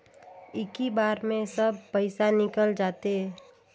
इक्की बार मे सब पइसा निकल जाते?